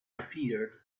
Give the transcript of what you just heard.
appeared